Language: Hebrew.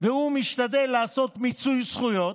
והוא משתדל לעשות מיצוי זכויות,